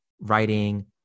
writing